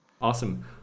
Awesome